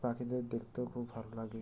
পাখিদের দেখতেও খুব ভালো লাগে